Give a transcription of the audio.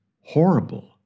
horrible